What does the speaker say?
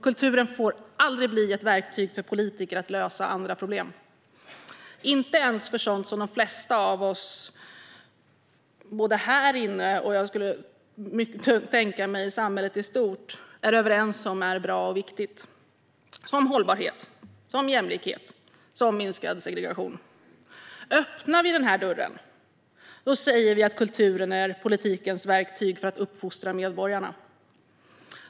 Kulturen får aldrig bli ett verktyg för politiker för att lösa andra problem, inte ens om det gäller sådant som de flesta av oss här inne och - skulle jag tänka mig - i samhället i stort är överens om är bra och viktigt. Det kan gälla saker som hållbarhet, jämlikhet och minskad segregation. Öppnar vi den dörren säger vi att kulturen är politikens verktyg för att uppfostra medborgarna.